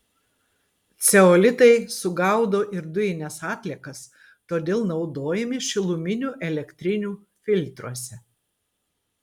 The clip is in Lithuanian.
ceolitai sugaudo ir dujines atliekas todėl naudojami šiluminių elektrinių filtruose